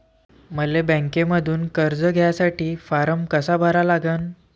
मले बँकेमंधून कर्ज घ्यासाठी फारम कसा भरा लागन?